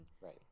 Right